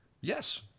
yes